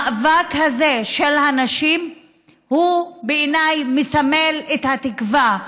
המאבק הזה של הנשים בעיניי מסמל את התקווה,